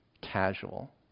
casual